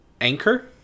Anchor